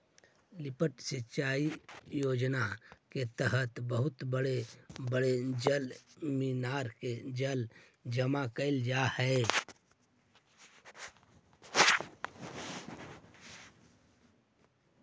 lift सिंचाई योजना के तहत बहुत बड़े बड़े जलमीनार में जल जमा कैल जा हई